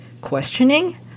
Questioning